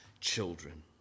children